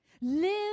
Live